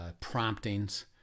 promptings